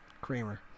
Kramer